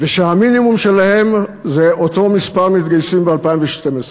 שהמינימום שלהם הוא אותו מספר מתגייסים ב-2012,